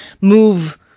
move